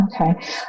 Okay